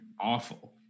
awful